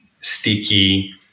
sticky